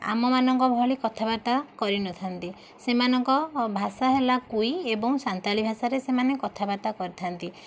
ଆମ ମାନଙ୍କ ଭଳି କଥାବାର୍ତ୍ତା କରି ନଥାନ୍ତି ସେମାନଙ୍କ ଭାଷା ହେଲା କୋଇ ଏବଂ ସାନ୍ତାଳି ଭାଷାରେ ସେମାନେ କଥାବାର୍ତ୍ତା କରିଥାନ୍ତି